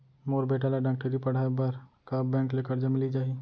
मोर बेटा ल डॉक्टरी पढ़ाये बर का बैंक ले करजा मिलिस जाही?